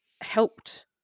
helped